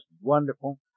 wonderful